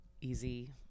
easy